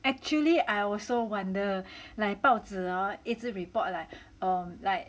actually I also wonder like 报纸 hor 一直 report like um